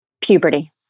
Puberty